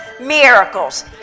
miracles